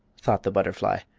thought the butterfly,